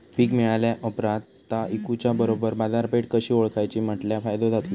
पीक मिळाल्या ऑप्रात ता इकुच्या बरोबर बाजारपेठ कशी ओळखाची म्हटल्या फायदो जातलो?